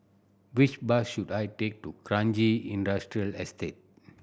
which bus should I take to Kranji Industrial Estate